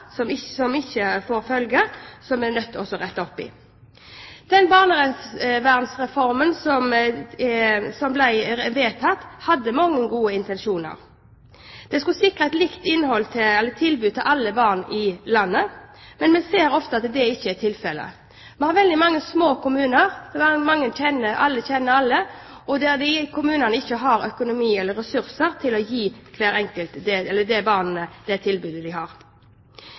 tilsyn, ikke får tilsyn. Vi ser også henleggelser som ikke får følger. Det er vi nødt til å rette opp i. Den barnevernsreformen som ble vedtatt, hadde mange gode intensjoner. Den skulle sikre et likt tilbud til alle barn i landet. Men vi ser ofte at det ikke er tilfellet. Vi har veldig mange små kommuner der alle kjenner alle, og der kommunen ikke har økonomi eller ressurser til å gi barn det tilbudet de skal ha. Stortinget lager lovverket, men barnevernet følger ikke opp. Det har